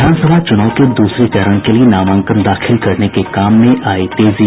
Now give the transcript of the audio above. विधानसभा चूनाव के दूसरे चरण के लिए नामांकन दाखिल करने में आयी तेजी